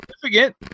significant